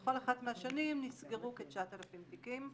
ובכל אחת מהשנים נסגרו כ-9000 תיקים.